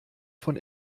von